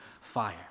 fire